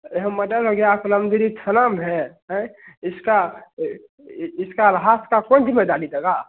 यहाँ मडर हो गया आप रमदिरी थाना में हैं आँए इसका इसका आभास का कौन ज़िम्मेदारी देगा